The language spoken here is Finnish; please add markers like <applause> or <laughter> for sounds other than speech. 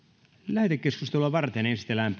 lähetekeskustelua varten esitellään <unintelligible>